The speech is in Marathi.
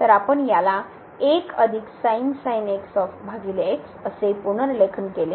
तर आपण याला असे पुनर्लेखन केले